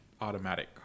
automatic